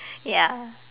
ya